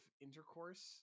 intercourse